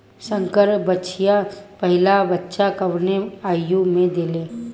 संकर बछिया पहिला बच्चा कवने आयु में देले?